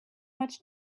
much